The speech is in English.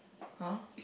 [huh]